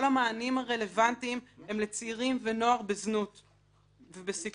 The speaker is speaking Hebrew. המענים הרלוונטיים הם לצעירים ונוער בזנות ובסיכון.